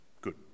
Good